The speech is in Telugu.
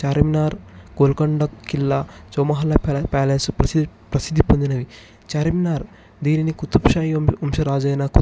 చార్మినార్ గోల్కొండ ఖిల్లా చౌమహల్లా ప్యాలెస్ ప్రసిద్ధి ప్రసిద్ధి పొందినవి చార్మినార్ దీనిని కుతుబ్షా వంశ రాజైన కుతుబ్షా